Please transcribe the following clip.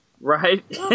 Right